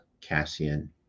Cassian